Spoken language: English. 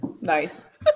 Nice